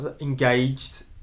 engaged